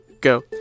Go